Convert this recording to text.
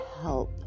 help